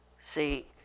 See